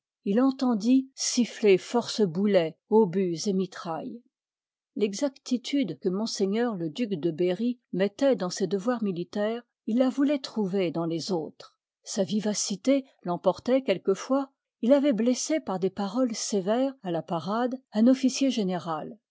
il entendit siffler force mlccnmle d natue boulets obus et mitrailk l'exactitude que me le duc de berry mettoit dans ses devoirs militaires il la youloit trouver dans les autres sa vivacité l'emportoit quelquefois il avoit blessé par des paroles sévères à la parade un officiergénéral